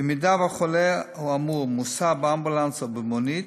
במידה שהחולה האמור מוסע באמבולנס או במונית,